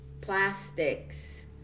plastics